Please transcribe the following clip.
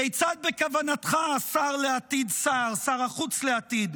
כיצד בכוונתך, השר לעתיד סער, שר החוץ לעתיד,